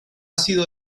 sido